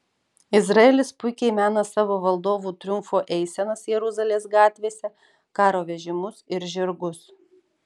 izraelis puikiai mena savo valdovų triumfo eisenas jeruzalės gatvėse karo vežimus ir žirgus